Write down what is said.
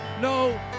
no